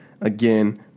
again